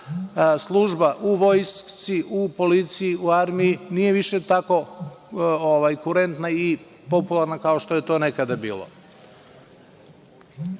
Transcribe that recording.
služba u vojsci, u policiji, u armiji, nije više tako kurentna i popularna kao što je to nekada bilo. Imamo